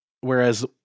whereas